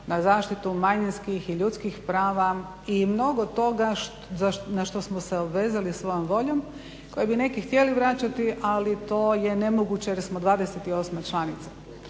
na zaštitu manjinskih i ljudskih prava i mnogo toga na što smo se obvezali svojom voljom koje bi neki htjeli vraćati ali to je nemoguće jer smo 28. članica.